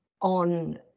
on